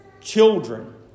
children